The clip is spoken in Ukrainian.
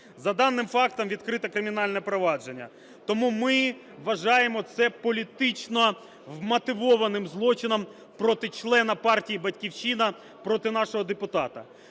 За даним фактом відкрите кримінальне провадження. Тому ми вважаємо це політично вмотивованим злочином проти члена партії "Батьківщина", проти нашого депутата.